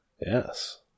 Yes